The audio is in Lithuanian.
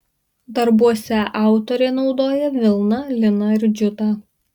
darbuose autorė naudoja vilną liną ir džiutą